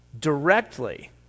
directly